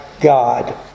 God